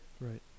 right